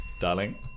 Darling